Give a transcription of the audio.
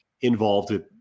involved